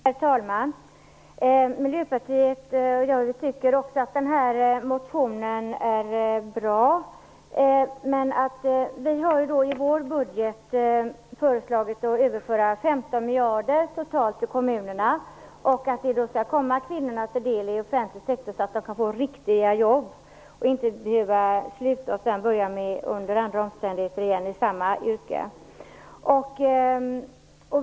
Herr talman! Miljöpartiet och jag tycker också att motionen är bra. Vi har i vår budget föreslagit att man skall överföra 15 miljarder totalt till kommunerna. Det skall komma kvinnorna i offentlig sektor till del, så att de kan få riktiga jobb och inte behöver sluta och sedan börja igen under andra omständigheter i samma yrke.